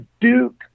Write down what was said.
Duke